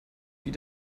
wie